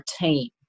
team